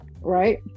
right